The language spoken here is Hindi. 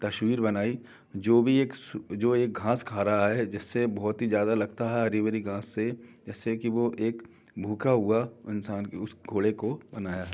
तस्वीर बनाई जो भी एक जो एक घास खा रहा है जिससे बहुत ही ज़्यादा लगता है हरी भरी घास से जिससे कि वो एक भूखा हुआ इंसान उस घोड़े को बनाया है